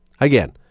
Again